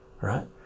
right